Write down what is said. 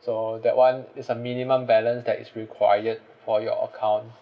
so that [one] is a minimum balance that is required for your account